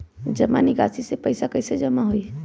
जमा निकासी से पैसा कईसे कमाई होई?